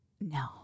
No